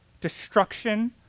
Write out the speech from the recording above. destruction